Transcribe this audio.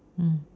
mm